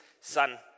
son